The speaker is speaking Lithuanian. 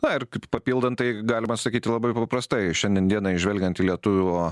na ir k k papildant tai galima sakyti labai paprastai šiandien dienai žvelgiant į lietuvių